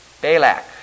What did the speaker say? Balak